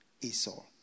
Esau